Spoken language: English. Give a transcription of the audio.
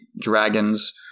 dragons